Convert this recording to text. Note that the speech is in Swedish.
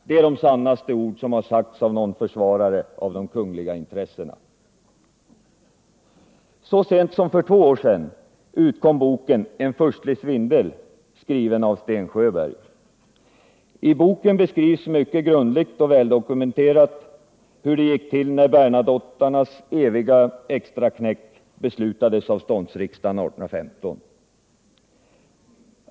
Det är de sannaste ord som sagts av någon försvarare av de kungliga intressena. Så sent som för två år sedan utkom boken En furstlig svindel, skriven av Sten Sjöberg. I boken beskrivs mycket grundligt och väldokumenterat hur det gick till när Bernadotternas eviga extraknäck beslutades av ståndsriksdagen år 1815.